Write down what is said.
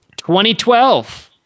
2012